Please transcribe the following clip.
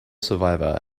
survivor